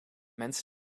mensen